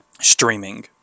streaming